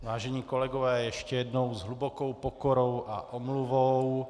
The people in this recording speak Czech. Vážení kolegové, ještě jednou s hlubokou pokorou a omluvou.